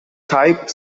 type